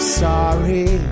sorry